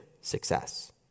success